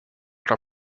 leur